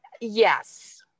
Yes